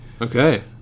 okay